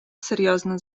серйозна